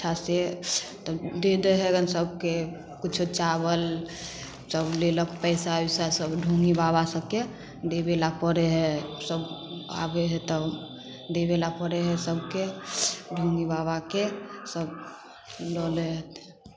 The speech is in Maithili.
अच्छा से तब दे दै हइ गन सभके किछु चावलसब लेलक पइसा पइसा वइसासब ढोङ्गी बाबा सभके देबेले पड़ै हइ सभ आबै हइ तब देबेले पड़ै हइ सभके ढोङ्गी बाबाके सभ लऽलै हतै